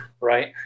right